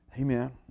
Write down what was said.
Amen